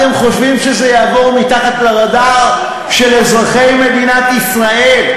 אתם חושבים שזה יעבור מתחת לרדאר של אזרחי מדינת ישראל.